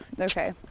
Okay